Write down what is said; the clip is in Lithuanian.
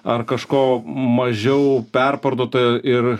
ar kažko mažiau perparduota ir